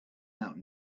out